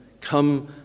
Come